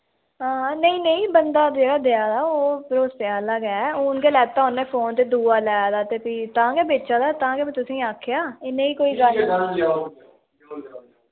हां नेईं नेईं बंदा जेह्ड़ा देआ दा ओह् भरोसे आह्ला गै हून गै लैता उ'न्नै फोन ते दुआ लै दा ते फ्ही तां गै बेचा दा तां गै में तुसेंगी आक्खेआ इ'नेंगी कोई ज्यादा